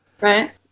Right